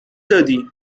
دادی